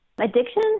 Addiction